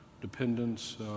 dependence